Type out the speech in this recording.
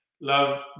love